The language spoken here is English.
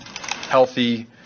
healthy